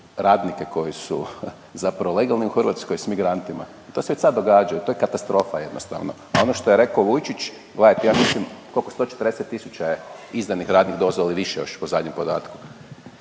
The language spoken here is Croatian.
radnike koji su, zapravo legalni u Hrvatskoj, s migrantima. To se već sad događa, to je katastrofa jednostavno. A ono što je rekao Vujčić, gledajte, ja mislim, koliko 140 tisuća je izdanih radnih dozvola ili više još po zadnjem podatku.